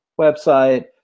website